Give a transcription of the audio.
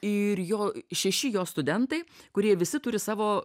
ir jo šeši jo studentai kurie visi turi savo